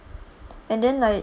and then like